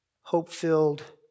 hope-filled